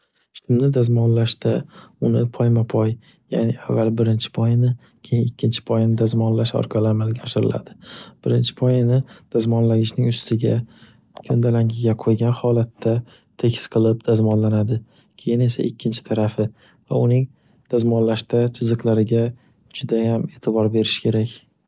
Shimni dazmonlashda uni poyma-poy, yaʼni avval birinchi poyini, keyin ikkinchi poyini dazmonlash orqali amalga oshiriladi, birinchi poyani dazmonlagichni ustiga ko'ndalangiga qo'ygan holatda tekis qilib dazmollanadi. Keyin esa ikkinchi tarafi va uning tazmollashda chiziqlariga judayam e'tibor berish kerak.